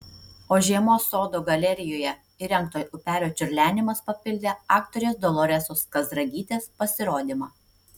o žiemos sodo galerijoje įrengto upelio čiurlenimas papildė aktorės doloresos kazragytės pasirodymą